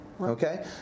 Okay